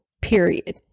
period